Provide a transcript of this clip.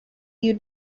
you